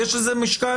יש לזה משקל?